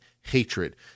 hatred